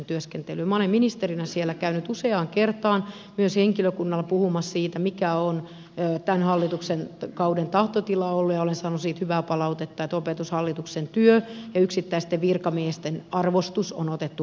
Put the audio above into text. minä olen ministerinä siellä käynyt useaan kertaan myös henkilökunnalle puhumassa siitä mikä on tämän hallituksen kauden tahtotila ollut ja olen saanut siitä hyvää palautetta että opetushallituksen työ ja yksittäisten virkamiesten arvostus on otettu vakavasti